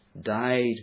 died